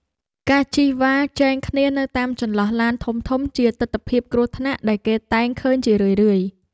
ការជិះវ៉ាជែងគ្នានៅតាមចន្លោះឡានធំៗជាទិដ្ឋភាពគ្រោះថ្នាក់ដែលគេតែងឃើញជារឿយៗ។